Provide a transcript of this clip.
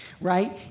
right